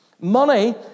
money